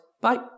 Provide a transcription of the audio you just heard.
Bye